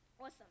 Awesome